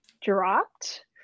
dropped